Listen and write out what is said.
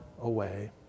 away